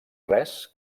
res